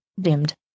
dimmed